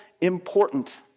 important